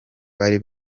bari